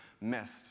missed